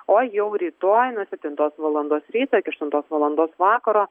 o jau rytoj nuo septintos valandos ryto iki aštuntos valandos vakaro